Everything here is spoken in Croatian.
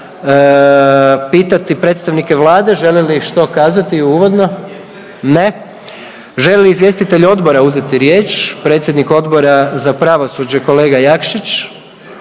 pitati predstavnike Vlade žele li što kazati uvodno? Ne. Žele li izvjestitelj odbora uzeti riječ? Predsjednik Odbor za pravosuđe, kolega Jakšić?